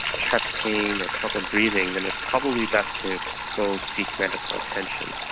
chest pain or troubled breathing, then it's probably best to go seek medical attention.